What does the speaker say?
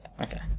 Okay